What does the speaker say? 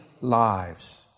lives